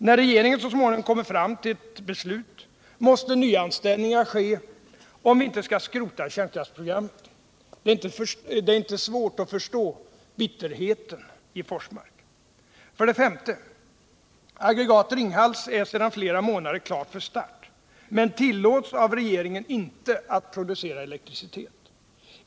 När regeringen så småningom kommit fram till ett beslut måste nyanställningar ske om vi inte skall skrota kärnkraftsprogrammet. Det är inte svårt att förstå bitterheten i Forsmark. 5. Aggregat Ringhals 3 är sedan flera månader klar: för start, men tillåts av regeringen inte att producera elektricitet.